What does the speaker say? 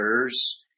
others